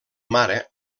mare